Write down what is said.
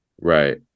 right